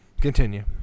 Continue